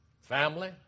family